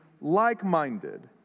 like-minded